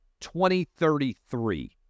2033